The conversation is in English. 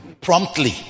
promptly